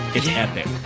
it's epic.